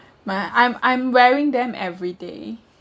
my I'm I'm wearing them every day